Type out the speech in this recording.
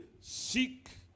seek